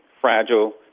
fragile